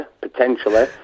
potentially